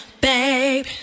babe